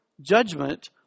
judgment